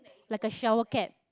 like a shower cap